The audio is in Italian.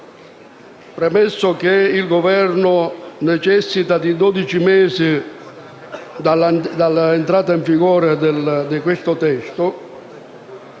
premesso che il Governo necessita di dodici mesi dall’entrata in vigore di questo testo